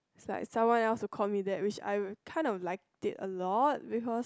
like someone else to call me that which I can't of like it a lot because